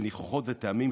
של ניחוחות וטעמים,